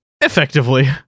Effectively